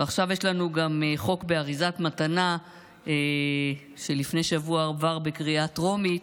ועכשיו יש לנו גם חוק באריזת מתנה שלפני שבוע הועבר בקריאה טרומית,